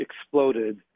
exploded